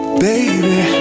baby